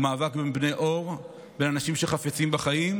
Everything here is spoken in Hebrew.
הוא מאבק בין בני אור, בין אנשים שחפצים בחיים,